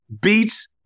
beats